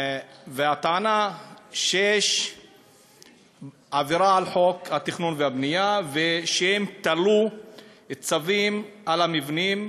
והטענה היא שיש עבירה על חוק התכנון והבנייה ושהם תלו צווים על המבנים.